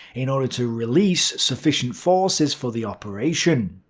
in order to release sufficient forces for the operation.